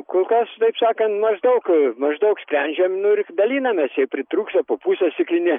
kol kas taip sakant maždaug maždaug sprendžiam nu ir dalinamės jei pritrūksta po pusę stiklinė